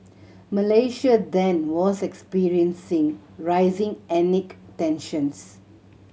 Malaysia then was experiencing rising tensions